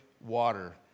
water